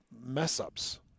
mess-ups